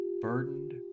burdened